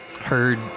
heard